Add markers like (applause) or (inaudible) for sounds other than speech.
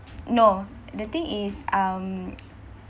no the thing is um (noise)